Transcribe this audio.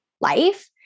life